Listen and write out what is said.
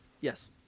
Yes